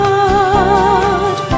God